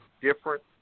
different